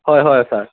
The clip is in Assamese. হয় হয় ছাৰ